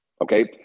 okay